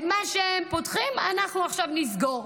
את מה שהם פותחים, אנחנו עכשיו נסגור.